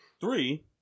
Three